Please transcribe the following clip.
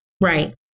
right